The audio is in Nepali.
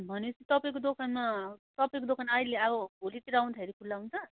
भने पछि तपाईँको दोकानमा तपाईँको दोकान अहिले अब भोलितिर आउँदाखेरि खुला हुन्छ